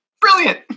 brilliant